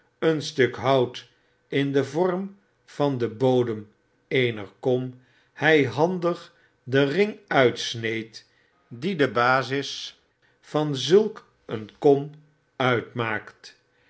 een stuk hout in den vorm van den bodera eener kom hy handig den ring uitsneed die de bazis van zulk een kom uitmaakt